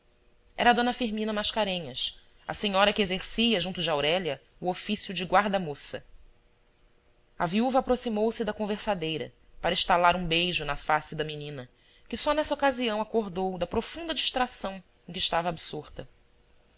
era d firmina mascarenhas a senhora que exercia junto de aurélia o ofício de guarda moça a viúva aproximou-se da conversadeira para estalar um beijo na face da menina que só nessa ocasião acordou da profunda distração em que estava absorta